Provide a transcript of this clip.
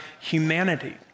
humanity